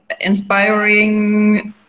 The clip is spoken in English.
inspiring